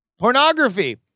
Pornography